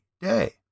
day